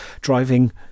driving